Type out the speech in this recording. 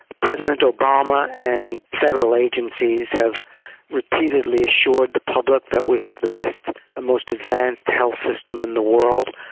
president obama and federal agencies have repeatedly assured the public that we have the best and most advanced health system in the world,